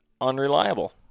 unreliable